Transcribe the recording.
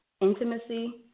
intimacy